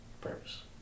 purpose